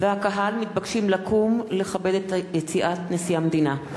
והקהל מתבקשים לקום ולכבד את יציאת נשיא המדינה.